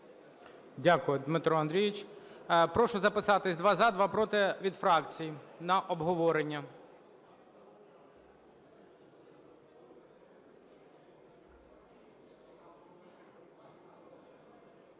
Дякую, Дмитро Андрійович. Прошу записатись: два – за, два – проти, від фракцій на обговорення.